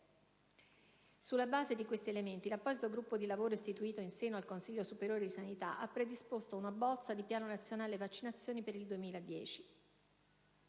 Sulla base di questi elementi, l'apposito gruppo di lavoro istituito in seno al Consiglio superiore di sanità ha predisposto una bozza di Piano nazionale vaccinazioni per il 2010.